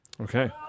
Okay